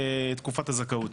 תקופת הזכאות,